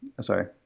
sorry